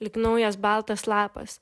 lyg naujas baltas lapas